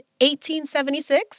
1876